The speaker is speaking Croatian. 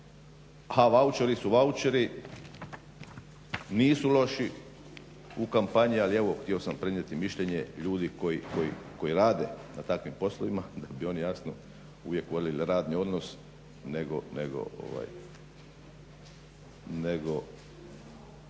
A vaučeri su vaučeri, nisu loši u kampanji ali evo htio sam prenijeti mišljenje ljudi koji rade na takvim poslovima gdje oni jasno uvijek … radni odnos nego